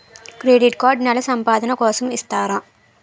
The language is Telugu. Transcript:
క్రెడిట్ కార్డ్ నెల సంపాదన కోసం ఇస్తారా?